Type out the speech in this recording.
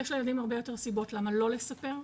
יש לילדים הרבה יותר סיבות למה לא לספר,